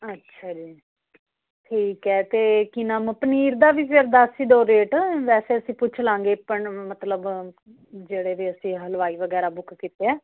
ਅੱਛਾ ਜੀ ਠੀਕ ਐ ਤੇ ਕੀ ਨਾਮ ਪਨੀਰ ਦਾ ਵੀ ਫੇਰ ਦੱਸ ਈ ਦਓ ਰੇਟ ਵੈਸੇ ਅਸੀਂ ਪੁੱਛਲਾਂਗੇ ਮਤਲਬ ਜਿਹੜੇ ਵੀ ਅਸੀਂ ਹਲਵਾਈ ਵਗੈਰਾ ਬੁੱਕ ਕੀਤੇ ਐ